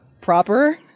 Proper